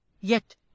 Yet